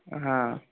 ହଁ